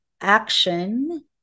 action